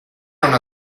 una